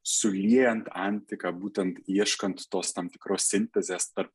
suliejant antiką būtent ieškant tos tam tikros sintezės tarp